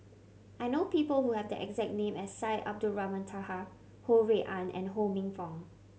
I know people who have the exact name as Syed Abdulrahman Taha Ho Rui An and Ho Minfong